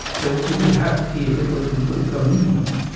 but you will have created what we call communion,